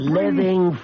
living